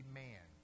man